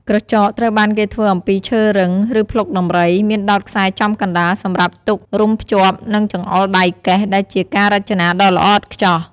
ក្រចកត្រូវបានគេធ្វើអំពីឈើរឹង ឬភ្លុកដំរី មានដោតខ្សែចំកណ្ដាល សម្រាប់ទុក រុំភ្ជាប់នឹងចង្អុលដៃកេះ ដែលជាការរចនាដ៏ល្អឥតខ្ចោះ។